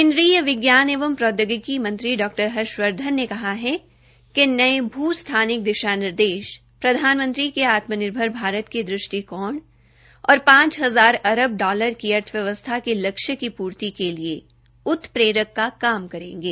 केन्द्रीय विज्ञान एवं प्रैद्योगिकी मंत्री डा हर्षवर्धन ने कहा है कि नये भू स्थानिक दिशा निर्देश प्रधानमंत्री के आत्मनिर्भर भारत के दृष्टिकोण और पांच हजार अरब डॉलर की अर्थव्यवस्था के लक्ष्य की पूर्ति के लिए उत्प्रेरक का काम करेंगे